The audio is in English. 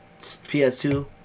PS2